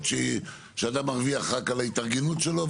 שהיא שאדם מרוויח רק על ההתארגנות שלו,